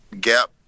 gap